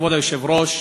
כבוד היושב-ראש,